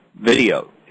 video